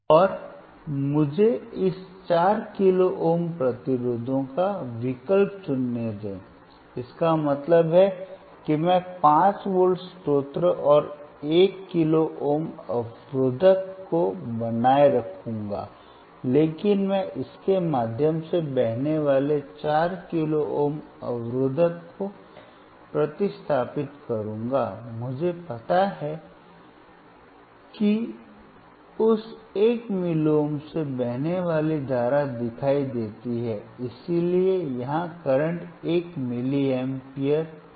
और मुझे इस 4 किलो प्रतिरोधों का विकल्प चुनने दें इसका मतलब है कि मैं 5 वोल्ट स्रोत और 1 किलो ओम अवरोधक को बनाए रखूंगा लेकिन मैं इसके माध्यम से बहने वाले 4 किलो ओम अवरोधक को प्रतिस्थापित करूंगा मुझे पता है कि उस 1 मिलीओम से बहने वाली धारा दिखाई देती है इसलिए यहां करंट 1 मिलीएम्प है